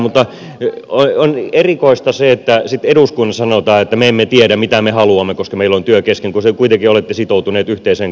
mutta on erikoista se että sitten eduskunnassa sanotaan että me emme tiedä mitä me haluamme koska meillä on työ kesken kun te kuitenkin olette sitoutuneet yhteiseen kantaan kuntaliitossa